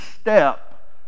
step